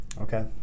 Okay